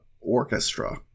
orchestra